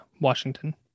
Washington